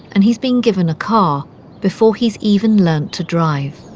and he's been given a car before he's even learnt to drive.